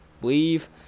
Believe